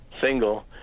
single